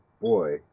boy